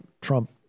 Trump